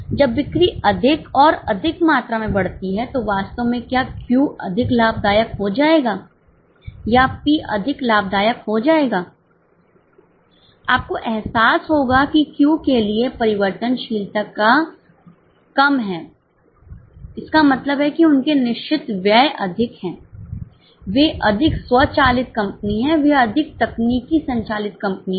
जब बिक्री अधिक और अधिक मात्रा में बढ़ती है तो वास्तव में क्या Q अधिक लाभदायक हो जाएगा या P अधिक लाभदायक हो जाएगा आपको एहसास होगा कि Q के लिए परिवर्तनशील का कम है इसका मतलब है कि उनके निश्चित व्यय अधिक हैं वे अधिक स्वचालित कंपनी हैं वे अधिक तकनीकी संचालित कंपनी हैं